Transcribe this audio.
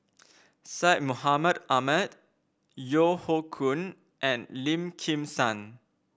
Syed Mohamed Ahmed Yeo Hoe Koon and Lim Kim San